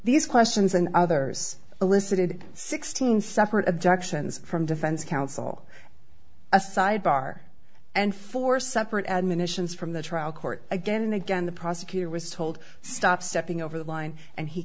these questions and others elicited sixteen separate objections from defense counsel a side bar and four separate admonitions from the trial court again and again the prosecutor was told stop stepping over the line and he